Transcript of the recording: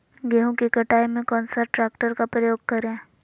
गेंहू की कटाई में कौन सा ट्रैक्टर का प्रयोग करें?